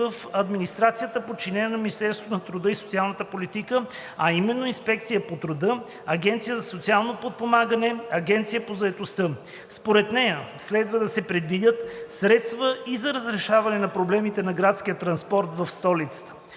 в администрацията, подчинена на Министерството на труда и социалната политика, а именно: Инспекцията по труда, Агенцията за социално подпомагане, Агенцията по заетостта. Според нея следва да се предвидят средства и за решаване на проблемите на градския транспорт в столицата,